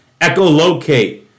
echolocate